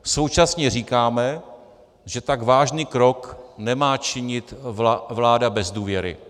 Současně říkáme, že tak vážný krok nemá činit vláda bez důvěry.